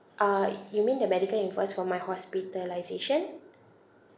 uh you mean the medical invoice for my hospitalisation